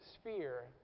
sphere